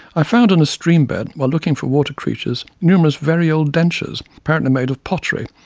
i found in a stream bed, while looking for water creatures, numerous very old dentures, apparently made of pottery,